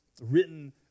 Written